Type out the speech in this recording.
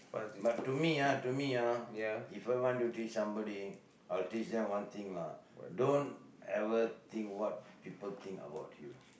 but to me ah to me ah If I want to teach somebody I'll teach them one thing lah don't ever think what people think about you